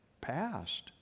passed